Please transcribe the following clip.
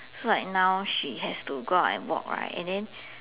so like now she has to go out and walk right and then